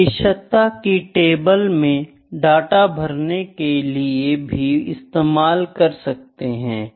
प्रतिशतता की टेबल में डाटा भरने के लिए भी इस्तेमाल ले सकते है